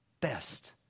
best